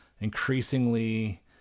increasingly